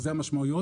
אלה המשמעויות.